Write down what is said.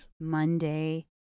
Monday